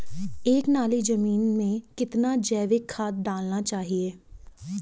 एक नाली जमीन में कितना जैविक खाद डालना चाहिए?